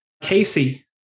Casey